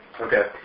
Okay